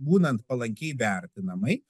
būnant palankiai vertinamai